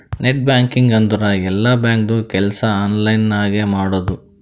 net banking ಅಂದುರ್ ಎಲ್ಲಾ ಬ್ಯಾಂಕ್ದು ಕೆಲ್ಸಾ ಆನ್ಲೈನ್ ನಾಗೆ ಮಾಡದು